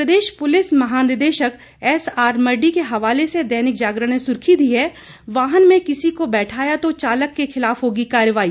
प्रदेश police महानिदेशक S R Mardi के हवाले से दैनिक जागरण ने सुर्खी दी है वाहन में किसी को बैठाया तो चालक के खिलाफ होगी कार्रवाई